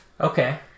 okay